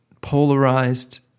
polarized